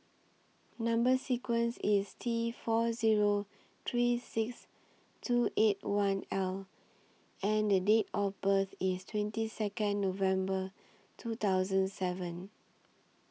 Number sequence IS T four Zero three six two eight one L and The Date of birth IS twenty Second November two thousand seven